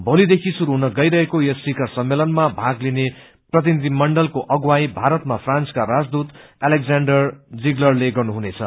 भोली देखि शुरू हुन गईरहेको यस शिखर सम्मेलनमा भाग लिने प्रतिगिनधिमण्डलको अगुवाई भारतमा फ्रन्यसकस राजदूत एलेक्जेण्डर जिगलरले गर्नुहुनेछ